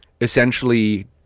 essentially